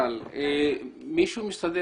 מישהו משרדי